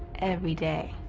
every day.